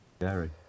Gary